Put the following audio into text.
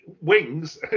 Wings